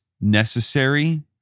necessary